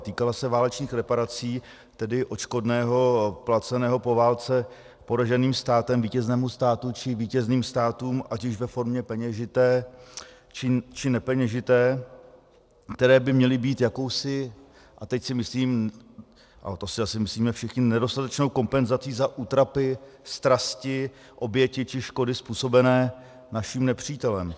Týkala se válečných reparací, tedy odškodného placeného po válce poraženým státem vítěznému státu či vítězným státům ať již ve formě peněžité, či nepeněžité, které by měly být jakousi, a teď si myslím, a to si asi myslíme všichni, nedostatečnou kompenzací za útrapy, strasti, oběti či škody způsobené naším nepřítelem.